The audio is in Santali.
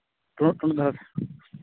ᱴᱩᱲᱩᱜ ᱴᱩᱲᱩᱜ ᱫᱷᱟᱨᱟ